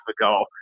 ago